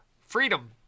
Freedom